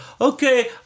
okay